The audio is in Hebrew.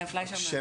אני